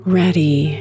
ready